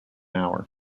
hour